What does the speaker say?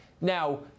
Now